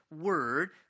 word